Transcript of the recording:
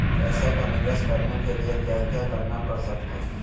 पैसा का निवेस करने के लिए क्या क्या करना पड़ सकता है?